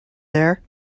there